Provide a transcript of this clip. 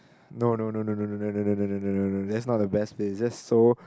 no no no no no no no no no no that's not the best place is just so